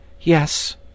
Yes